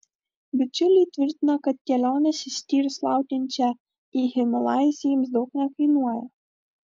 bičiuliai tvirtina kad kelionės išskyrus laukiančią į himalajus jiems daug nekainuoja